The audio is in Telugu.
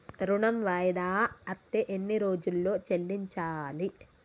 ఋణం వాయిదా అత్తే ఎన్ని రోజుల్లో చెల్లించాలి?